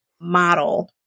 model